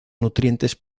nutrientes